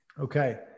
Okay